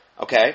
Okay